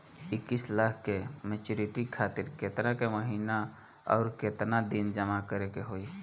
इक्कीस लाख के मचुरिती खातिर केतना के महीना आउरकेतना दिन जमा करे के होई?